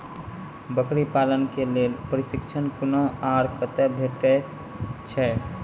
बकरी पालन के लेल प्रशिक्षण कूना आर कते भेटैत छै?